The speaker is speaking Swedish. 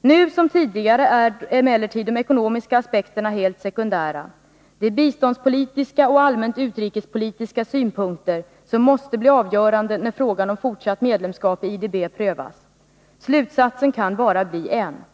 ”Nu som tidigare är emellertid de ekonomiska aspekterna helt sekundära. Det är biståndspolitiska och allmänt utrikespolitiska synpunkter som måste bli avgörande när frågan om fortsatt medlemskap i IDB prövas. Slutsatsen kan bara bli en.